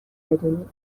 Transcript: بدونید